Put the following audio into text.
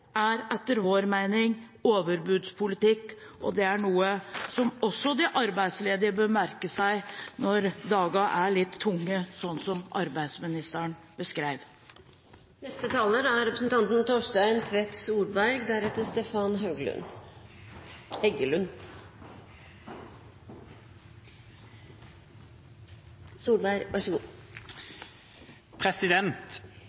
er etter vår mening overbudspolitikk. Det er noe som også de arbeidsledige bør merke seg når dagene er litt tunge, som arbeidsministeren